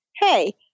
hey